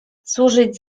służyć